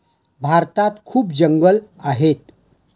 भारतात खूप जंगलं आहेत